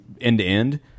end-to-end